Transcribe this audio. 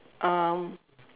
um